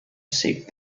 received